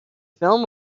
film